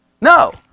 No